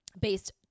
Based